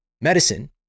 medicine